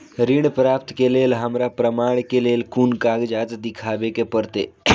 ऋण प्राप्त के लेल हमरा प्रमाण के लेल कुन कागजात दिखाबे के परते?